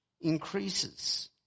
increases